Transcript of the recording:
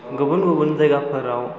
गुबुन गुबुन जायगाफोराव